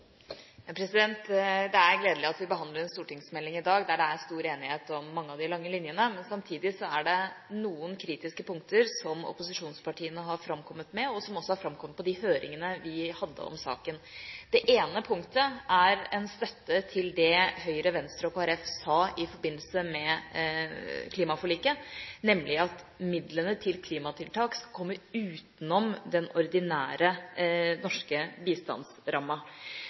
Det er gledelig at vi behandler en stortingsmelding i dag der det er stor enighet om mange av de lange linjene, men samtidig er det noen kritiske punkter som opposisjonspartiene har kommet med, og som også har kommet fram på de høringene vi hadde om saken. Det ene punktet er en støtte til det som Høyre, Venstre og Kristelig Folkeparti sa i forbindelse med klimaforliket, nemlig at midlene til klimatiltak skal komme utenom den ordinære norske